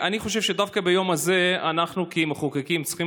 אני חושב שדווקא ביום הזה אנחנו כמחוקקים צריכים